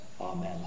Amen